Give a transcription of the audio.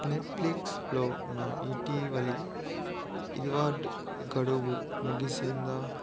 నెట్ఫ్లిక్స్లో నా ఇటీవలి రివార్డ్ గడువు ముగిసిందా